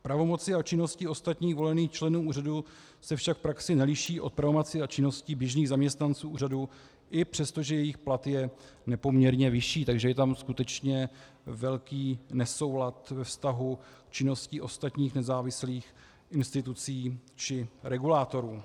Pravomoci a činnosti ostatních volených členů úřadu se však v praxi neliší od pravomocí a činností běžných zaměstnanců úřadu, i přestože jejich plat je nepoměrně vyšší, takže je tam skutečně velký nesoulad ve vztahu k činnosti ostatních nezávislých institucí či regulátorů.